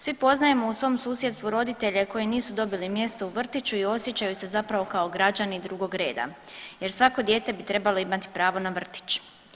Svi poznajemo u svom susjedstvu roditelje koji nisu dobili mjesto u vrtiću i osjećaju se zapravo kao građani drugog reda jer svako dijete bi trebalo imati pravo na vrtić.